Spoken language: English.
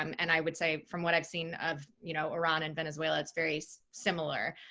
um and i would say from what i've seen of you know iran and venezuela, it's very so similar.